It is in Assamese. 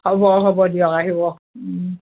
হ'ব হ'ব দিয়ক আহিব